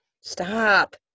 Stop